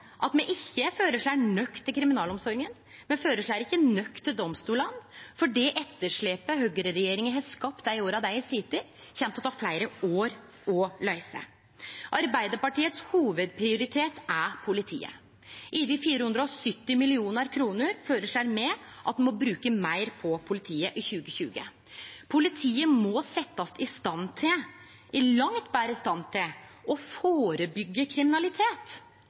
at me ikkje føreslår nok til kriminalomsorga, og at me ikkje føreslår nok til domstolane, for det etterslepet høgreregjeringa har skapt dei åra dei har sete, kjem til å ta fleire år å løyse. Arbeidarpartiet sin hovudprioritet er politiet. Over 470 mill. kr meir føreslår me at ein må bruke på politiet i 2020. Politiet må setjast i stand – i langt betre stand – til å førebyggje kriminalitet,